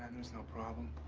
there's no problem.